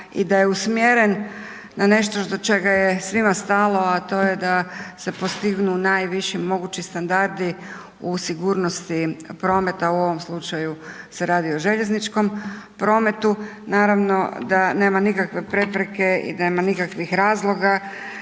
i da je usmjeren na nešto do čega je svima stalo, a to je da se postignu najviši mogući standardi u sigurnosti prometa, u ovom slučaju se radi o željezničkom prometu, naravno da nema nikakve prepreke i da nema nikakvih razloga